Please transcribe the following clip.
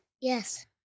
Yes